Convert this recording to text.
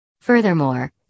Furthermore